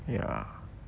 ya